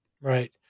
Right